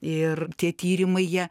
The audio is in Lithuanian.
ir tie tyrimai jie